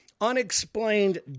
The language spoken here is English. unexplained